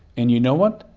and you know what?